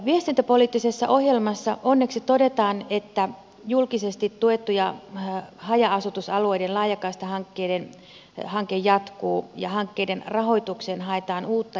viestintäpoliittisessa ohjelmassa onneksi todetaan että julkisesti tuettu haja asutusalueiden laajakaistahanke jatkuu ja hankkeiden rahoitukseen haetaan uutta joustavuutta